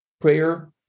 prayer